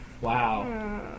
Wow